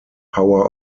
power